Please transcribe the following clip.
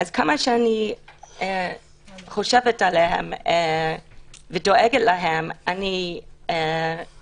אז כמה שאני חושבת עליהן ודואגת להן זה פשוט